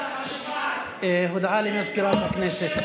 הודעה למזכירת הכנסת.